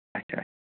اَچھا